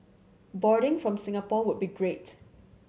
boarding from Singapore would be great